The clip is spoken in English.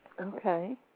Okay